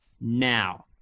now